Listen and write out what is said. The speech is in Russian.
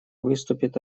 выступит